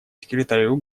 секретарю